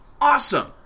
Awesome